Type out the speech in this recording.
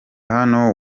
hano